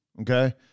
okay